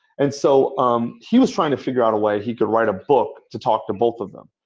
and so um he was trying to figure out a way he could write a book to talk to both of them.